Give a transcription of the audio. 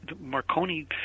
Marconi